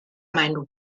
mind